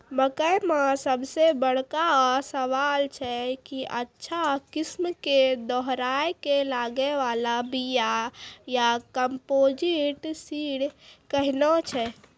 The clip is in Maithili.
मकई मे सबसे बड़का सवाल छैय कि अच्छा किस्म के दोहराय के लागे वाला बिया या कम्पोजिट सीड कैहनो छैय?